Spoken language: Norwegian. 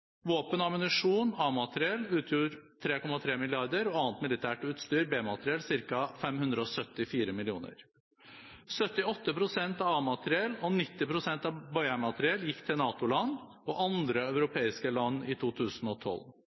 3,3 mrd. kr og annet militært utstyr, B-materiell, ca. 574 mill. kr. 78 pst. av A-materiell og 90 pst. av B-materiell gikk til NATO-land og andre europeiske land i 2012.